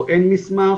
או אין מסמך,